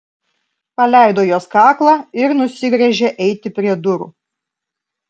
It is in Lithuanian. paleido jos kaklą ir nusigręžė eiti prie durų